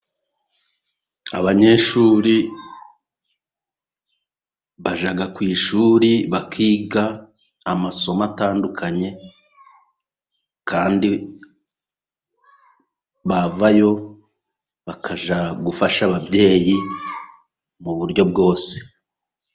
Abanyeshuri bajya ku ishuri bakiga amasomo atandukanye, kandi bavayo bakajya gufasha ababyeyi mu buryo bwose.